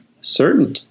certain